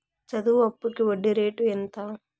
చదువు అప్పుకి వడ్డీ రేటు ఎంత?